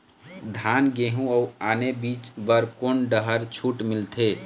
धान गेहूं अऊ आने बीज बर कोन डहर छूट मिलथे?